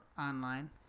online